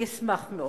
אני אשמח מאוד.